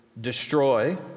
destroy